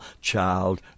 child